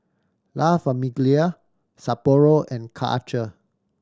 La Famiglia Sapporo and Karcher